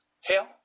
health